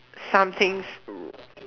some things